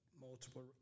multiple